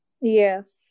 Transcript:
Yes